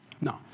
No